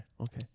Okay